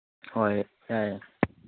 ꯍꯣꯏ ꯌꯥꯏꯌꯦ